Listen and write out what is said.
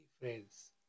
Friends